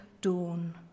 dawn